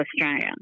Australia